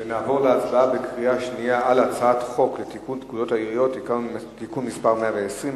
נעבור להצבעה בקריאה שנייה על הצעת חוק לתיקון פקודת העיריות (מס' 120),